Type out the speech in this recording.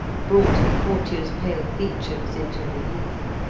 brought the courtier's pale features into relief.